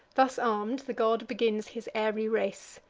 thus arm'd, the god begins his airy race,